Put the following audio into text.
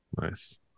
Nice